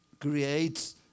creates